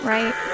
Right